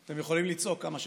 אתם יכולים לצעוק כמה שתרצו,